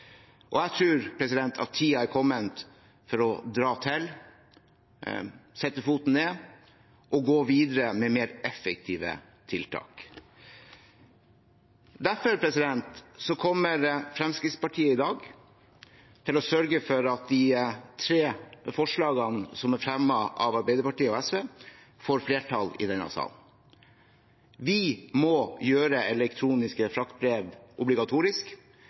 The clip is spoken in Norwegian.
og gå videre med mer effektive tiltak. Derfor kommer Fremskrittspartiet i dag til å sørge for at de tre forslagene som er fremmet av Arbeiderpartiet og SV, får flertall i denne salen. Vi må gjøre elektroniske fraktbrev obligatorisk.